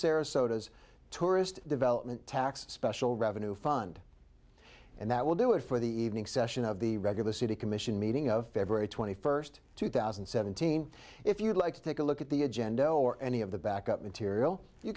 sarasota as tourist development tax special revenue fund and that will do it for the evening session of the regular city commission meeting of february twenty first two thousand and seventeen if you'd like to take a look at the agenda or any of the backup material you